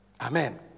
Amen